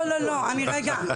לא לא לא, אני רוצה